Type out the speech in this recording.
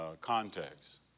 context